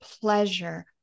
pleasure